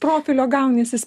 profilio gauniesis